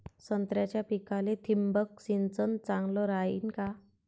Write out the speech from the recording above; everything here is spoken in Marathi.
संत्र्याच्या पिकाले थिंबक सिंचन चांगलं रायीन का?